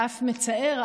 ואף מצער,